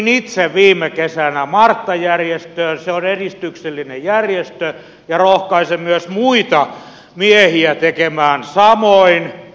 liityin itse viime kesänä marttajärjestöön se on edistyksellinen järjestö ja rohkaisen myös muita miehiä tekemään samoin